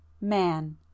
man